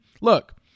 look